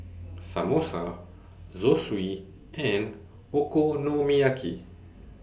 Samosa Zosui and Okonomiyaki